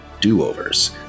do-overs